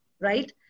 right